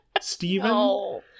Stephen